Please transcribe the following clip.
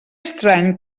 estrany